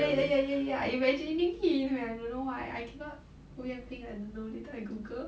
ya ya ya ya ya I imagining him eh I don't know why I cannot hu yan bin I don't know later I google